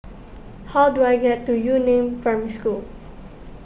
how do I get to Yu Neng Primary School